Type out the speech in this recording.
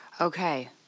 Okay